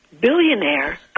billionaire